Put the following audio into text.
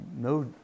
No